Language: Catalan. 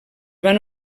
van